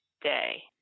day